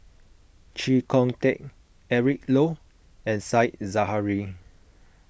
Chee Kong Tet Eric Low and Said Zahari